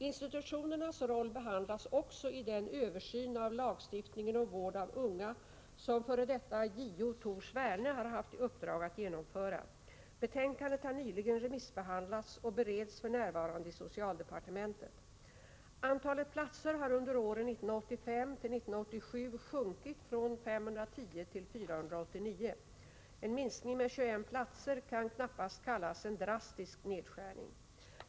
Institutionernas roll behandlas också i den översyn av lagstiftningen om vård av unga som f.d. JO Tor Sverne har haft i uppdrag att genomföra. Betänkandet har nyligen remissbehandlats och bereds för närvarande i socialdepartementet. Antalet platser har under åren 1985-1987 sjunkit från 510 till 489. En minskning med 21 platser kan knappast kallas en drastisk nedskärning.